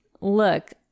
look